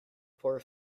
poor